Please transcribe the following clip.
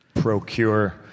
procure